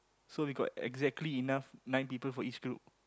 so we got exactly enough nine people for each group